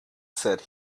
said